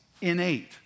innate